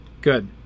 good